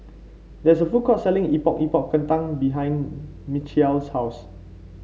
there is a food court selling Epok Epok Kentang behind Michial's house